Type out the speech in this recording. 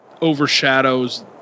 overshadows